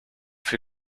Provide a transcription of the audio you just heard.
for